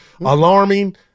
alarming